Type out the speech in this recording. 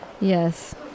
yes